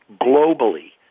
globally